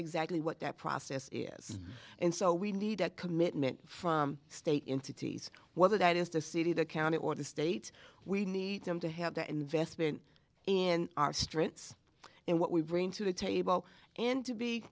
exactly what that process is and so we need a commitment from state entities whether that is the city the county or the state we need them to have the investment in our strengths and what we bring to the table and to be